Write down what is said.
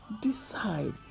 decide